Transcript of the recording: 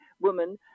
woman